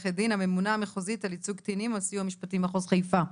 הממונה המחוזית על ייצוג קטינים בסיוע המשפטי במחוז חיפה.